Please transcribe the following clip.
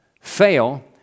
fail